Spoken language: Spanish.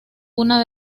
una